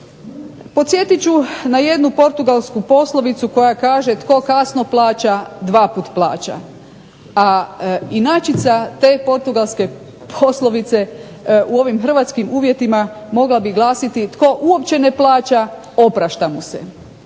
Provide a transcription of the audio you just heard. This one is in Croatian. Podsjetit ću na jednu portugalsku poslovicu koja kaže "tko kasno plaća, dvaput plaća", a inačica te portugalske poslovice u ovim hrvatskim uvjetima mogla bi glasiti tko uopće ne plaća oprašta mu se.